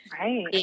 Right